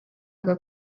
aga